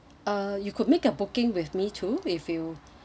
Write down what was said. uh you could make a booking with me too if you